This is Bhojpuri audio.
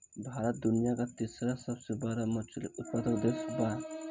भारत दुनिया का तीसरा सबसे बड़ा मछली उत्पादक देश बा